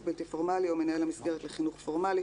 בלתי פורמלי או מנהל המסגרת לחינוך פורמלי,